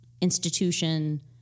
institution